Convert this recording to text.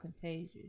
contagious